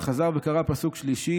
וחזר וקרא פסוק שלישי,